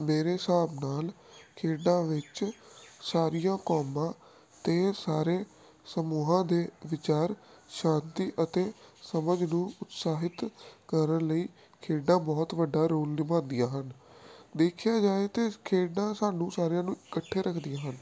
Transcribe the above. ਮੇਰੇ ਹਿਸਾਬ ਨਾਲ ਖੇਡਾਂ ਵਿੱਚ ਸਾਰੀਆਂ ਕੌਮਾਂ ਅਤੇ ਸਾਰੇ ਸਮੂਹਾਂ ਦੇ ਵਿਚਾਰ ਸ਼ਾਂਤੀ ਅਤੇ ਸ਼ਬਦ ਨੂੰ ਉਤਸ਼ਾਹਿਤ ਕਰਨ ਲਈ ਖੇਡਾਂ ਬਹੁਤ ਵੱਡਾ ਰੋਲ ਨਿਭਾਉਂਦੀਆਂ ਹਨ ਦੇਖਿਆ ਜਾਏ ਤਾਂ ਇਸ ਖੇਡਾਂ ਸਾਨੂੰ ਸਾਰਿਆਂ ਨੂੰ ਇਕੱਠੇ ਰੱਖਦੀਆਂ ਹਨ